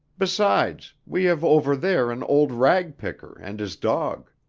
besides, we have over there an old ragpicker, and his dog.